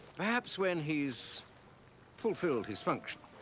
perhaps when he's fulfilled his function.